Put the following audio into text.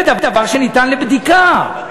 זה דבר שניתן לבדיקה.